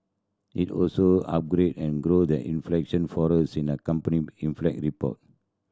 it also upgraded an growth and inflation forecast in the accompanying inflate report